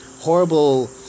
horrible